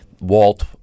Walt